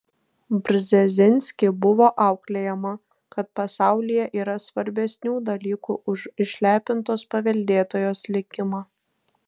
brzezinski buvo auklėjama kad pasaulyje yra svarbesnių dalykų už išlepintos paveldėtojos likimą